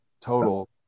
total